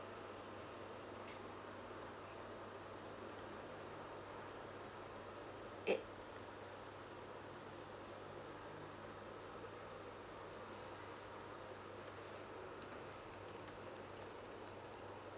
it